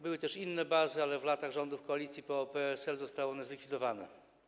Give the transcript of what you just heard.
Były też inne bazy, ale w latach rządów koalicji PO - PSL zostały one zlikwidowane.